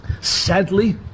Sadly